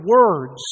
words